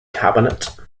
cabinet